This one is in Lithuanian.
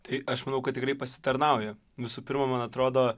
tai aš manau kad tikrai pasitarnauja visų pirma man atrodo